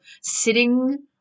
sitting